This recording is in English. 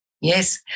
Yes